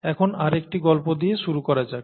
এখন আর একটি গল্প দিয়ে শুরু করা যাক